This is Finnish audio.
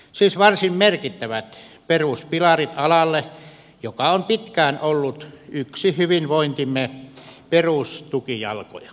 siis varsin merkittävät peruspilarit alalle joka on pitkään ollut yksi hyvinvointimme perustukijalkoja